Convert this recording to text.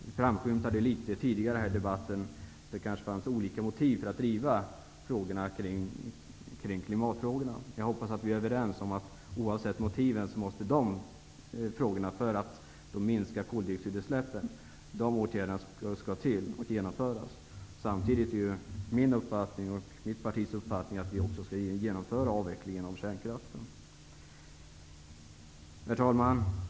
Det framskymtade litet tidigare i debatten att det fanns olika motiv för att driva klimatfrågorna. Jag hoppas att vi är överens om att oavsett motiven måste åtgärderna till för att minska koldioxidutsläppen. Samtidigt är det min och mitt partis uppfattning att vi också skall genomföra avvecklingen av kärnkraften. Herr talman!